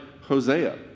Hosea